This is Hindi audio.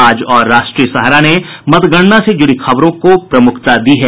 आज और राष्ट्रीय सहारा ने मतगणना से जुड़ी खबरों को प्रमुखता दी है